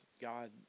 God